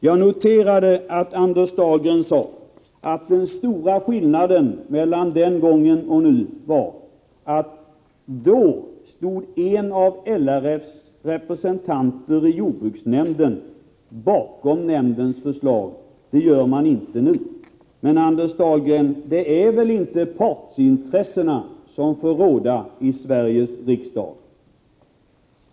Jag noterar att Anders Dahlgren sade att den stora skillnaden mellan förslaget nu och förslaget då var att en representant för LRF i jordbruksnämnden då stod bakom nämndens förslag. Det gör man inte nu. Men, Anders Dahlgren, det är väl inte partsintressena som skall få råda i Sveriges riksdag?